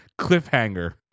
Cliffhanger